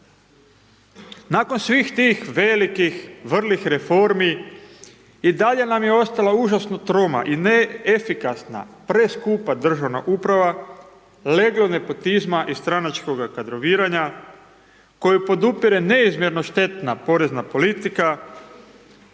Nakon svih tih velikih vrlih reformi, i dalje nam je ostalo užasno troma i neefikasna preskupa državna uprava, leglo nepotizma i stranačkoga kadroviranja koje podupire neizmjerno štetna porezna politika